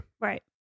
Right